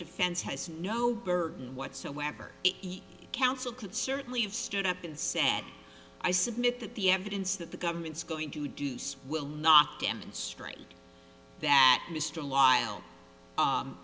defense has no burden whatsoever counsel could certainly have stood up and say i submit that the evidence that the government's going to do will not demonstrate that mr